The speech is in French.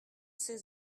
ses